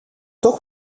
toch